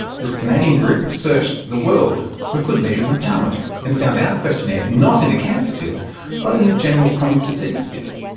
this canadian group searched the world for a good measure of empowerment and found our questionnaire not in a cancer field but in a general chronic disease field,